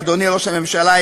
אדוני ראש הממשלה,